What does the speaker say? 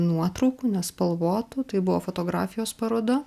nuotraukų nespalvotų tai buvo fotografijos paroda